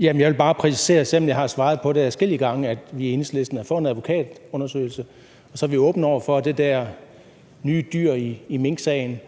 Jeg vil bare præcisere, selv om jeg har svaret på det adskillige gange, at vi i Enhedslisten er for en advokatundersøgelse, og så er vi åbne over for, at dette nye dyr i minksagen,